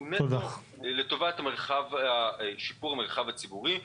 הוא נטו לטובת שיפור המרחב הציבורי.